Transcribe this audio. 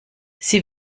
sie